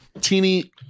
teeny